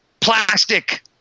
plastic